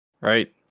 Right